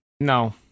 No